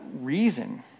reason